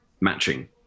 matching